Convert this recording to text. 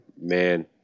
man